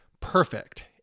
perfect